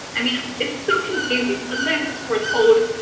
i mean, it's so confusing. sometimes we're told,